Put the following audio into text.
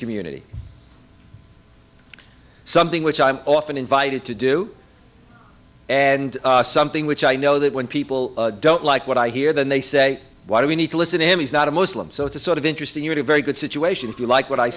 community something which i'm often invited to do and something which i know that when people don't like what i hear then they say why do we need to listen to him he's not a muslim so it's a sort of interesting you had a very good situation if you like what i